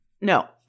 No